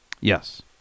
Yes